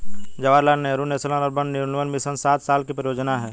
Jawaharlal Nehru national urban renewal mission सात साल की परियोजना है